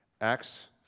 Acts